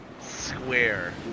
square